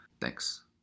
Thanks